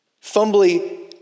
Fumbling